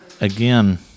again